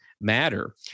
matter